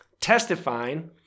testifying